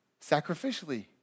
sacrificially